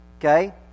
okay